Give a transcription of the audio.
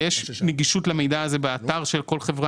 ויש נגישות למידע הזה באתר של כל חברה.